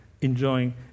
enjoying